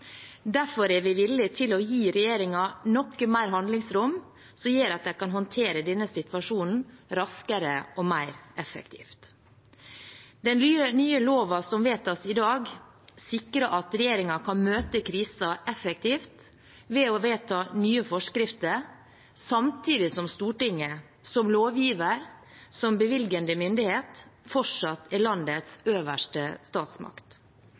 Derfor er vi villig til å gi regjeringen noe mer handlingsrom, som gjør at de kan håndtere denne situasjonen raskere og mer effektivt. Den nye loven som vedtas i dag, sikrer at regjeringen kan møte krisen effektivt ved å vedta nye forskrifter, samtidig som Stortinget som lovgiver og bevilgende myndighet fortsatt er landets øverste statsmakt.